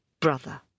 Brother